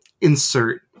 insert